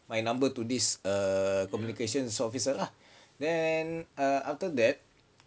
my number to this err communications officer lah then err after that